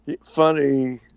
funny